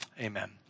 Amen